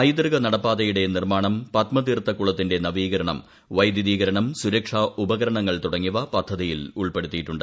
പൈതൃക നടപ്പാതയുടെ നിർമാണ്ട് പത്മതീർത്ഥക്കുളത്തിന്റെ നവീകരണം വൈദ്യുതീകരണം സുരക്ഷാ ഉപകരണങ്ങൾ തുടങ്ങിയവ പദ്ധതിയിൽ ഉൾപ്പെട്ടുത്തിയിട്ടുണ്ട്